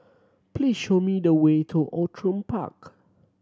please show me the way to Outram Park